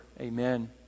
Amen